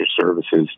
services